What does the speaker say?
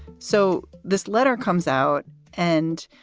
so this letter comes out and,